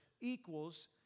equals